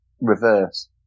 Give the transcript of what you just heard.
reverse